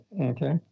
Okay